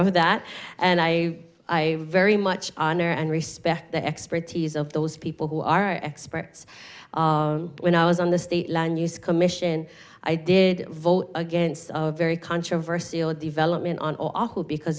of that and i i very much honor and respect the expertise of those people who are experts when i was on the state land use commission i did vote against of very controversial development on awful because